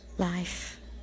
life